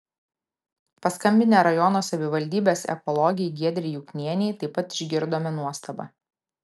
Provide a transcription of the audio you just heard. paskambinę rajono savivaldybės ekologei giedrei juknienei taip pat išgirdome nuostabą